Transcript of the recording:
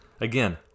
Again